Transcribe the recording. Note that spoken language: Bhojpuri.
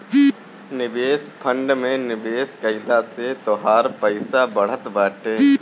निवेश फंड में निवेश कइला से तोहार पईसा बढ़त बाटे